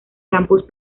campus